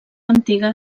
antiga